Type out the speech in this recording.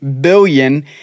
billion